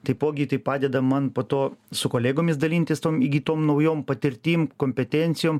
taipogi tai padeda man po to su kolegomis dalintis tom įgytom naujom patirtim kompetencijom